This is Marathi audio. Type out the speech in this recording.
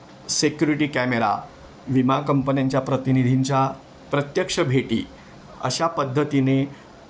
सेिक्युरिटी कॅमेरा विमा कंपन्यांच्या प्रतिनिधींच्या प्रत्यक्ष भेटी अशा पद्धतीने